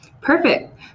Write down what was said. Perfect